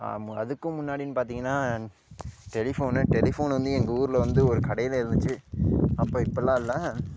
ஆமாம் அதுக்கும் முன்னாடினு பார்த்திங்கன்னா டெலிஃபோனு டெலிஃபோன் வந்து எங்கள் ஊரில் வந்து ஒரு கடையில் இருந்துச்சி அப்போ இப்போலாம் இல்லை